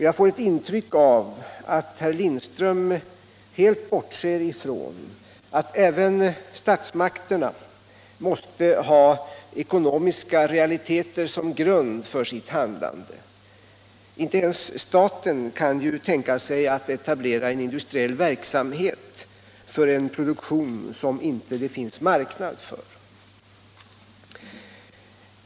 Jag får ett intryck av att herr Lindström helt bortser från att även statsmakterna måste ha ekonomiska realiteter som grund för sitt handlande. Inte ens staten kan ju tänka sig att etablera industriell verksamhet för en produktion som det inte finns marknad för.